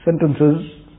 sentences